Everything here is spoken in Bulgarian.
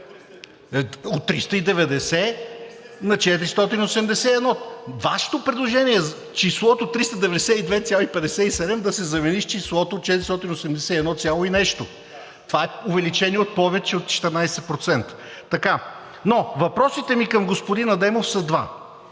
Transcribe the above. От 390 на 481. Вашето предложение е числото 392,57 лв. да се замени с числото 481 цяло и нещо. Това е увеличение повече от 14%. Но въпросите ми към господин Адемов са два.